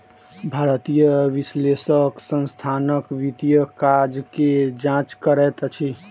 वित्तीय विश्लेषक संस्थानक वित्तीय काज के जांच करैत अछि